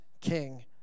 king